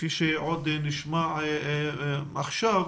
כפי שעוד נשמע עכשיו,